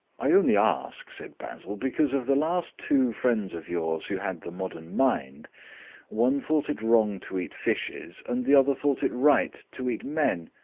i only ask, said basil, because of the last two friends of yours who had the modern mind one thought it wrong to eat fishes and the other thought it right to eat men.